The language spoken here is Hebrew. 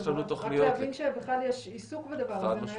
רק להבין שיש בכלל יש עיסוק בדבר הזה.